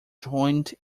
joined